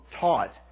taught